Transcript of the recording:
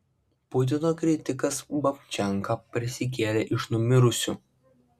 putino kritikas babčenka prisikėlė iš numirusių